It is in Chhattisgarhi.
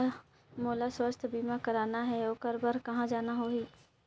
मोला स्वास्थ बीमा कराना हे ओकर बार कहा जाना होही?